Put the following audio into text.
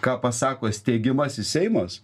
ką pasako steigiamasis seimas